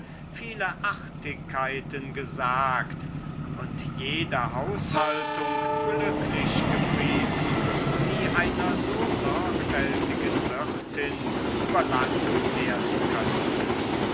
viele artigkeiten gesagt und jede haushaltung glücklich gepriesen die einer so sorgfältigen wirtin überlassen werden könnte